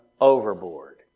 overboard